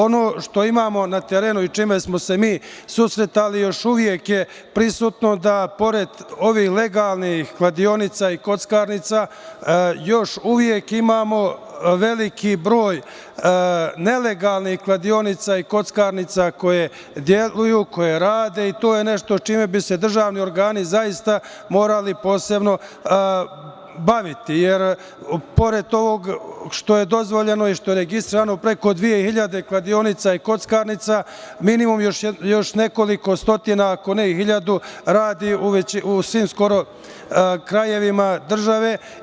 Ono što imamo na terenu i sa čime smo se mi susretali, još uvek je prisutno da pored ovih legalnih kladionica i kockarnica, još uvek imamo veliki broj nelegalnih kladionica i kockarnica koje deluju, koje rade i to je nešto čime bi se državni organi zaista morali posebno baviti, jer pored toga što je dozvoljeno i što je registrovano preko 2.000 kladionica i kockarnica, minimum još nekoliko stotina, ako ne i 1.000, radi u svim skoro krajevima države.